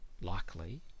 likely